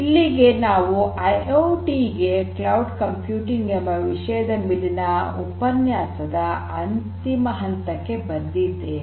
ಇಲ್ಲಿಗೆ ನಾವು ಐಐಓಟಿ ಗೆ ಕ್ಲೌಡ್ ಕಂಪ್ಯೂಟಿಂಗ್ ಎಂಬ ವಿಷಯದ ಮೇಲಿನ ಉಪನ್ಯಾಸದ ಅಂತಿಮ ಹಂತಕ್ಕೆ ಬಂದಿದ್ದೇವೆ